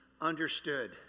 understood